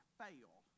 fail